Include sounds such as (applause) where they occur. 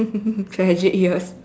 (laughs) tragic years